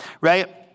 right